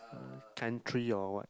country or what